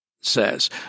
says